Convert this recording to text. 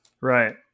Right